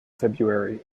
february